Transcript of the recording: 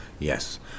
Yes